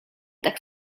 tak